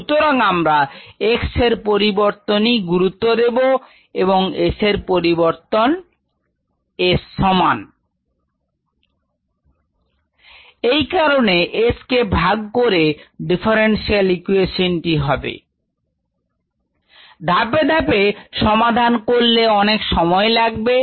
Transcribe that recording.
সুতরাং আমরা x এর পরিবর্তনই গুরুত্ব দেব এবং s এর পরিবর্তন s সমান SS0 x x0YxS এই কারণে S কে ভাগ করে ডিফারেন্সিয়াল ইকুয়েশন টি হবে dxdtmS0 x x0YxSKSS0 x x0YxSx ধাপে ধাপে সমাধান করলে অনেক সময় লাগবে